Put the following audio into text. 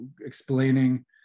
explaining